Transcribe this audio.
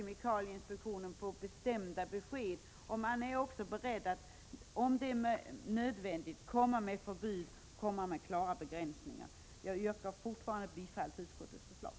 Man kräver bestämda besked och man är också beredd att, om det är nödvändigt, föreslå förbud och klara begränsningar. Jag yrkar fortfarande bifall till utskottets förslag.